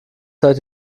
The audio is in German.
zeit